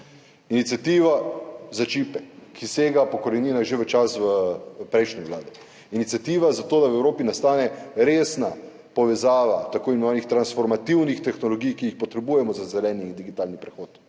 iniciativa za čipe, ki sega po koreninah že v čas prejšnje vlade, iniciativa za to, da v Evropi nastane resna povezava tako imenovanih transformativnih tehnologij, ki jih potrebujemo za zeleni in digitalni prehod